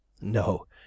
no